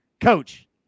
Coach